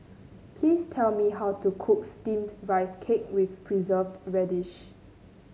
please tell me how to cook steamed Rice Cake with Preserved Radish